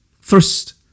First